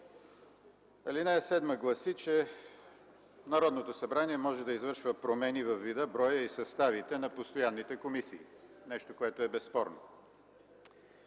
Алинея 7 гласи, че: „Народното събрание може да извършва промени във вида, броя и съставите на постоянните комисии.” Нещо, което е безспорно.